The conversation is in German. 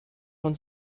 von